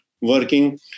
working